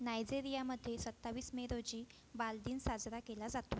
नायजेरियामध्ये सत्तावीस मे रोजी बालदिन साजरा केला जातो